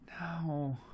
No